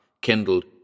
kindled—